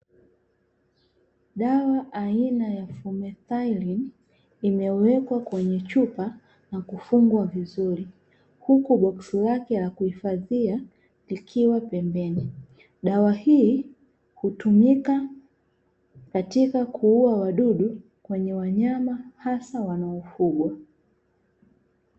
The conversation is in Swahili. Dawa aina ya fumethailini imewekwa kwenye chupa na kufungwa vizuri, huku boksi lake la kuhifadhia likiwa pembeni, dawa hii hutumika katika kuuwa wadudu kwenye wanyama hasa wanaofugwa.